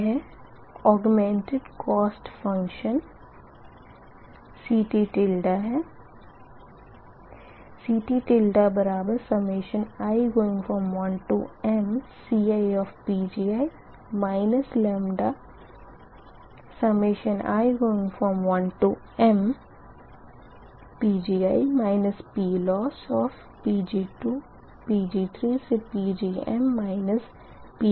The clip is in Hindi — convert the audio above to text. यह augmented cost function CTi1mCiPgi i1mPgi PLossPg2Pg3Pgm PL है